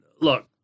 look